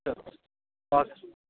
हुन्छ हजुर